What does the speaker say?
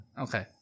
okay